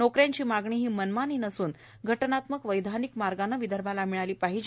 नोकऱ्याची मागणी ही मनमानी नसून घटनात्मक वैधानिक मार्गाने विदर्भाला मिळालीच पाहिजे